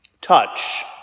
Touch